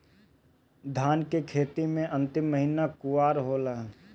धान के खेती मे अन्तिम महीना कुवार होला?